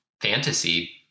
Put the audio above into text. fantasy